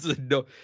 No